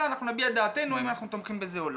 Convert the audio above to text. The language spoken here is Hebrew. אנחנו נביע את דעתנו האם אנחנו תומכים בזה או לא.